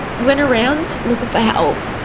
went around looking for help.